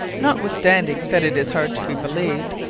notwithstanding that it is hard to be believed,